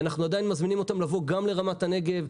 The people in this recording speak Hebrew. אנחנו עדיין מזמינים אותם לבוא גם לרמת הנגב.